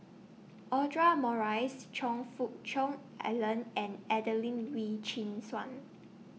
Audra Morrice Choe Fook Cheong Alan and Adelene Wee Chin Suan